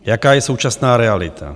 Jaká je současná realita?